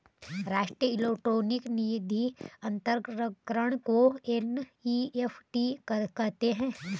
राष्ट्रीय इलेक्ट्रॉनिक निधि अनंतरण को एन.ई.एफ.टी कहते हैं